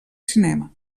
cinema